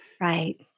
right